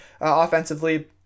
offensively